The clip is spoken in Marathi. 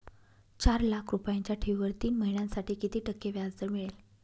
चार लाख रुपयांच्या ठेवीवर तीन महिन्यांसाठी किती टक्के व्याजदर मिळेल?